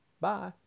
Bye